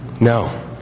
No